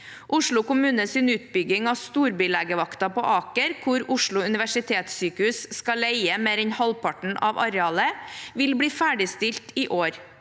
Helse Sør-Øst for øvrig bylegevakta på Aker, hvor Oslo universitetssykehus skal leie mer enn halvparten av arealet, vil bli ferdigstilt i år.